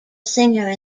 singer